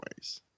ways